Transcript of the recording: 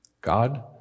God